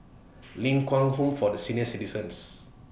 Ling Kwang Home For Senior Citizens